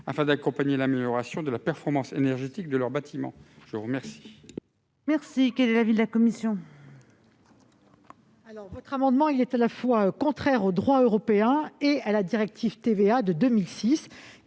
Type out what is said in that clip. afin d'accompagner l'amélioration de la performance énergétique de leurs bâtiments. Quel